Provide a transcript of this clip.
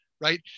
right